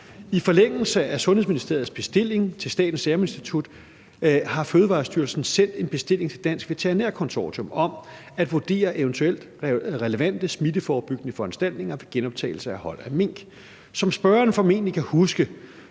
I forlængelse af Sundhedsministeriets bestilling til Statens Serum Institut har Fødevarestyrelsen sendt en bestilling til Dansk Veterinær Konsortium om at vurdere eventuelt relevante smitteforebyggende foranstaltninger ved genoptagelse af hold af mink. Som spørgeren formentlig kan huske,